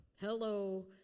Hello